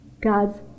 God's